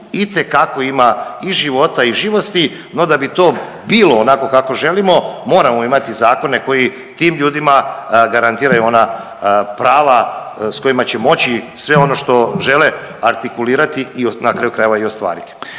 itekako ima i života i živosti. No da bi to bilo onako kako želimo moramo imati zakone koji tim ljudima garantiraju ona prava s kojima će moći sve ono što žele artikulirati, na kraju krajeva i ostvariti.